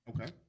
Okay